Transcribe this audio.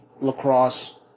lacrosse